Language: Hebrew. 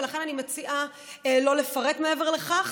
ולכן אני מציעה שלא לפרט מעבר לכך.